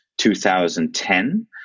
2010